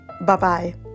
Bye-bye